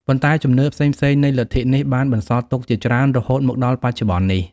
ប៉ុន្តែជំនឿផ្សេងៗនៃលទ្ធិនេះបានបន្សល់ទុកជាច្រើនរហូតមកដល់បច្ចុប្បន្ននេះ។